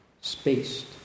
spaced